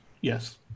Yes